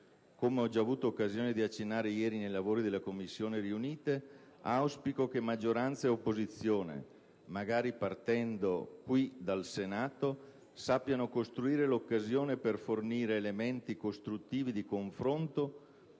Come ho già avuto occasione di accennare ieri nei lavori delle Commissioni riunite, auspico che maggioranza e opposizione - magari partendo qui, dal Senato - sappiano creare l'occasione per fornire elementi costruttivi di confronto